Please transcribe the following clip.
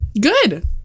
Good